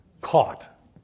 Caught